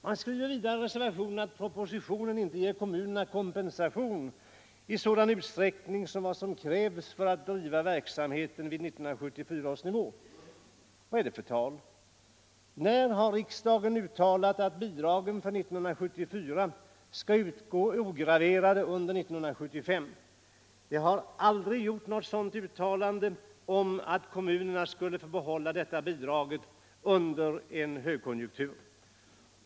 Man skriver vidare i reservationen att propositionen inte ger kommunerna kompensation i sådan utsträckning som krävs för att driva verksamheten vid 1974 års nivå. Vad är det för tal? När har riksdagen uttalat att bidraget för 1974 skall utgå ograverat under 1975? Det har aldrig uttalats att kommunerna skall få behålla detta bidrag under högkonjunktur.